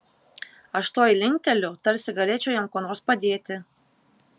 aš tuoj linkteliu tarsi galėčiau jam kuo nors padėti